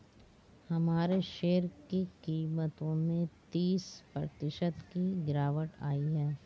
हमारे शेयर की कीमतों में तीस प्रतिशत की गिरावट आयी है